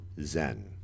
zen